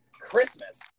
Christmas